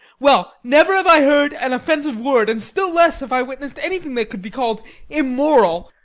well, never have i heard an offensive word, and still less have i witnessed anything that could be called immoral.